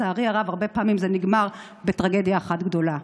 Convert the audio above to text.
לצערי הרב, הרבה פעמים זה נגמר בטרגדיה אחת גדולה.